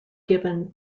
given